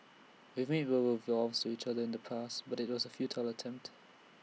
we made verbal vows to each other in the past but IT was A futile attempt